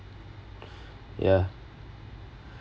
ya